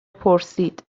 پرسید